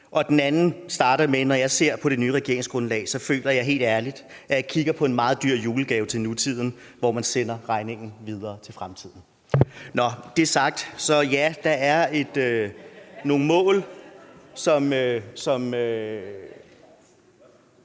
Den anden starter med: Når jeg ser på det nye regeringsgrundlag, føler jeg helt ærligt, at jeg kigger på en meget dyr julegave til nutiden, hvor man sender regningen videre til fremtiden. Med det sagt vil jeg sige, at ja, der er nogle mål, som